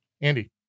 Andy